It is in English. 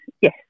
yes